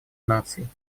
наций